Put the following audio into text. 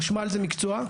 חשמל זה מקצוע.